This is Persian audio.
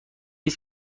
است